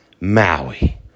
Maui